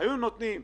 זה הוגן.